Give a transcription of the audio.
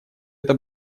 это